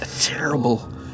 terrible